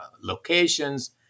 locations